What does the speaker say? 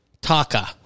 Taka